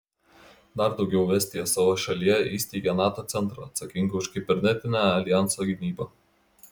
dar daugiau estija savo šalyje įsteigė nato centrą atsakingą už kibernetinę aljanso gynybą